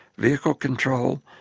vehicle control,